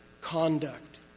conduct